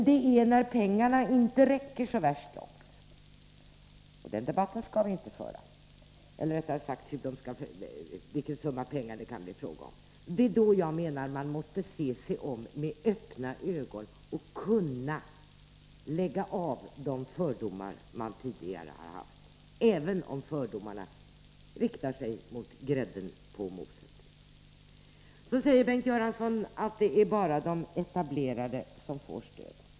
Det är emellertid när det gäller vilken summa pengar det kan bli fråga om — men den debatten skall vi inte föra nu — som jag menar att man måste se sig om med öppna ögon och kunna 31 iekonomiska åtstramningstider bli fri från de fördomar man tidigare har haft, även om fördomarna riktar sig mot grädden på moset. Bengt Göransson säger vidare att det bara är de etablerade som får stöd.